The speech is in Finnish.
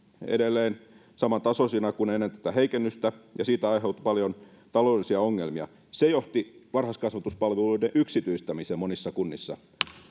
edelleen samantasoisina kuin ennen tätä heikennystä ja siitä aiheutui paljon taloudellisia ongelmia se johti varhaiskasvatuspalveluiden yksityistämiseen monissa kunnissa